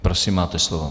Prosím, máte slovo.